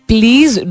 Please